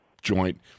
joint